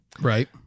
Right